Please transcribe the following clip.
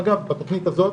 אגב, התוכנית הזאת